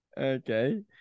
Okay